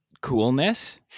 coolness